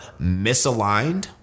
misaligned